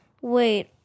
wait